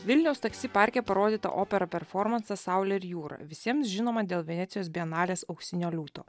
vilniaus taksi parke parodyta opera performansas saulė ir jūra visiems žinoma dėl venecijos bienalės auksinio liūto